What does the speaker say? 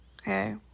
Okay